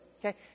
Okay